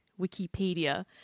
Wikipedia